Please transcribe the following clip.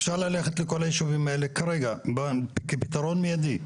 אפשר ללכת לכל היישובים האלה, כרגע, כפתרון מיידי.